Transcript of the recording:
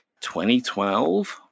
2012